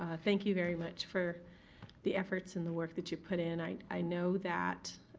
ah thank you very much for the efforts and the work that you put in. i i know that